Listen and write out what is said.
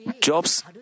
Job's